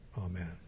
Amen